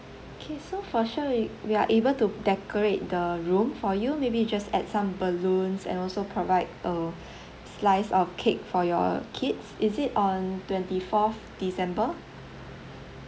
okay so for sure we we are able to decorate the room for you maybe you just add some balloons and also provide uh slice of cake for your kids is it on twenty fourth december